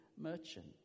merchant